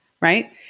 right